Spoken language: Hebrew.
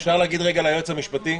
אפשר להגיד רגע ליועץ המשפטי?